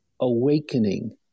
Awakening